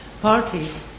parties